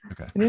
Okay